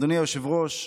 אדוני היושב-ראש,